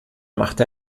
machte